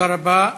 תודה רבה.